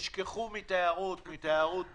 שישכחו מתיירות, מתיירות פנים.